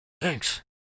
thanks